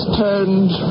turned